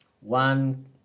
one